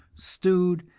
stewed,